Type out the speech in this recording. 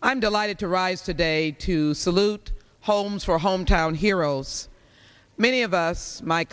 i'm delighted to rise today to salute homes for hometown heroes many of us my